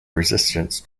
resistance